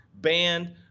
banned